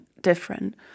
different